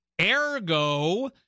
Ergo